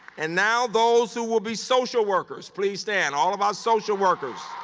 and now those who will be social workers, please stand. all of our social workers.